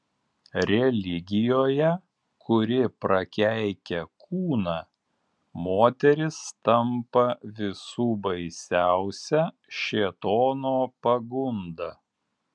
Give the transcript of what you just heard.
religijoje kuri prakeikia kūną moteris tampa visų baisiausia šėtono pagunda